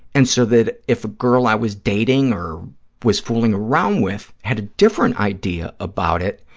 and so that if a girl i was dating or was fooling around with had a different idea about it,